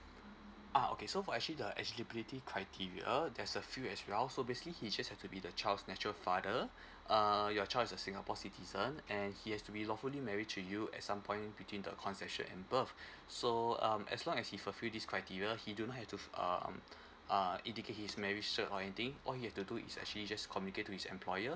ah okay so for actually the eligibility criteria there's a few as well so basically he just have to be the child's natural father uh your child is a singapore citizen and he has to be lawfully marriage to you at some point between the concession and birth so um as long as he fulfil this criteria he do have to um uh indicate his marriage cert or anything all you have to do is actually just communicate to his employer